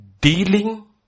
dealing